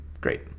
great